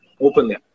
openly